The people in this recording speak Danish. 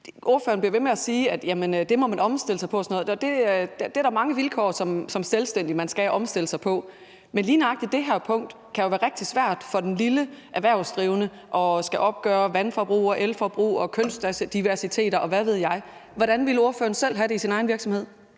ordføreren bliver ved med at sige, at det må man omstille sig til og sådan noget, og der er mange vilkår, som man skal omstille sig til som selvstændig. Men lige nøjagtig det her punkt kan jo være rigtig svært for den lille erhvervsdrivende, altså at skulle opgøre vandforbrug, elforbrug og kønsdiversitet, og hvad ved jeg. Hvordan ville ordføreren selv have det i sin egen virksomhed?